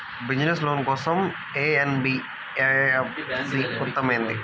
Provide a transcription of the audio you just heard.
Business loan కోసం ఏ NBFC ఉత్తమమైనది?